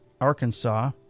Arkansas